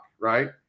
right